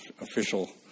official